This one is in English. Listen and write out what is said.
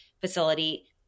facility